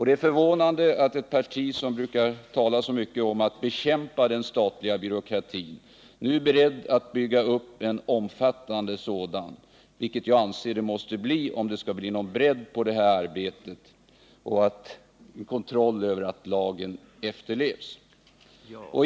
Det är förvånande att ett parti som brukar tala så mycket om att bekämpa den statliga byråkratin nu är beredd att bygga upp en omfattande sådan, vilket det enligt min mening måste bli om man skall få någon bredd på arbetet och någon kontroll över att lagen efterlevs.